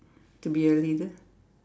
to be a leader